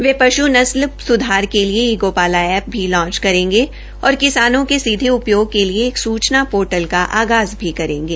वे पश् नस्ल सुधार के लिए ई गोपाल एप्प भी लांच करेंगे और किसानों के सीधे उपयोग के लिए एक सूचना पोर्टल का आगाज़ भी करेंगे